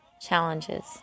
challenges